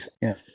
yes